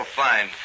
fine